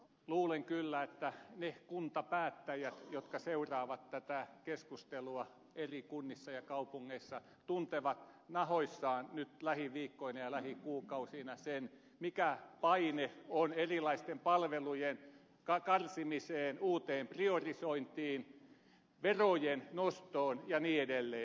luulen kyllä että ne kuntapäättäjät jotka seuraavat tätä keskustelua eri kunnissa ja kaupungeissa tuntevat nahoissaan nyt lähiviikkoina ja lähikuukausina sen mikä paine on erilaisten palvelujen karsimiseen uuteen priorisointiin verojen nostoon ja niin edelleen